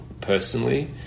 personally